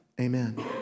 amen